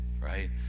right